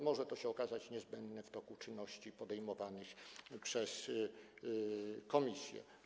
Może to się okazać niezbędne w toku czynności podejmowanych przez komisję.